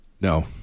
No